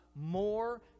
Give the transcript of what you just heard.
more